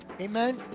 Amen